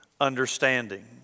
understanding